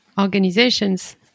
organizations